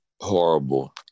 Horrible